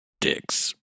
dicks